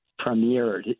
premiered